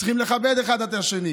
צריכים לכבד אחד את השני.